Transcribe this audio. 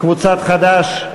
קבוצת חד"ש.